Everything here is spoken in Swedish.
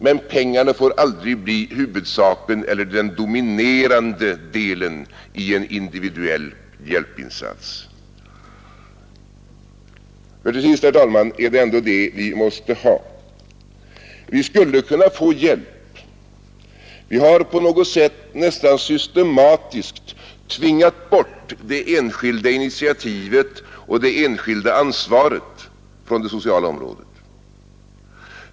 Men pengar får aldrig bli huvudsaken eller den dominerande delen i en individuell hjälpinsats. Till sist, herr talman, är det ändå detta vi måste ha. Vi skulle kunna få hjälp där, men vi har på något sätt nästan systematiskt tvingat bort det enskilda initiativet och det enskilda ansvaret från det sociala området.